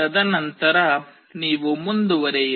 ತದನಂತರ ನೀವು ಮುಂದುವರಿಯಿರಿ